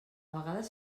vegades